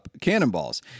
cannonballs